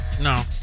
No